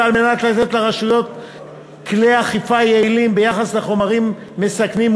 ועל מנת לתת לרשויות כלי אכיפה יעילים ביחס לחומרים מסכנים,